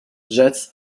jazz